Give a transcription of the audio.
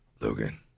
logan